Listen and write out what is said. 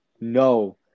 No